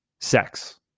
sex